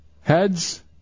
Heads